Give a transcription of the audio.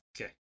Okay